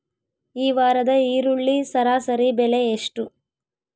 ಈ ವಾರದ ಈರುಳ್ಳಿ ಸರಾಸರಿ ಬೆಲೆ ಎಷ್ಟು?